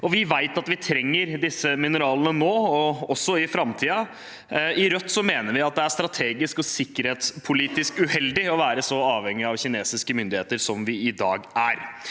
Vi vet at vi trenger disse mineralene nå og også i framtiden. I Rødt mener vi at det er strategisk og sikkerhetspolitisk uheldig å være så avhengig av kinesiske myndigheter som vi er i dag.